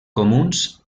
comuns